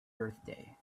birthday